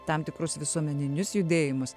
tam tikrus visuomeninius judėjimus